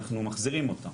אנחנו מחזירים אותם.